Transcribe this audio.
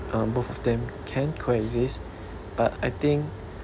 um both of them can coexist but I think